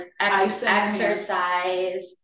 exercise